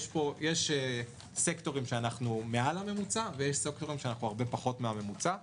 יש סקטורים שאנחנו מעל לממוצע ויש סקטורים שאנחנו מתחת לממוצע.